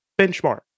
benchmark